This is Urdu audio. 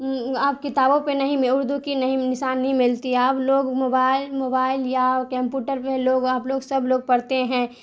اب کتابوں پہ نہیں اردو کی نہیں نشان نہیں ملتی اب لوگ موبائل موبائل یا کمپیوٹر پہ لوگ آپ لوگ سب لوگ پڑھتے ہیں